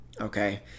okay